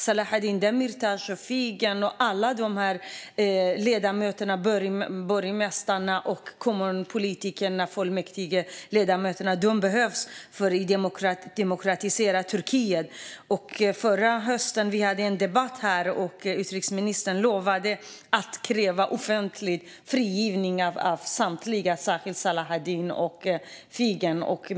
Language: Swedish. Selahattin Demirtas, Figen Yüksekdag, alla ledamöterna, borgmästarna, kommunpolitikerna och fullmäktigeledamöterna behövs i ett demokratiserat Turkiet. Förra hösten hade vi en debatt här i kammaren. Utrikesministern lovade att offentligt kräva frigivning av samtliga och särskilt av Selahattin Demirtas och Figen Yüksekdag.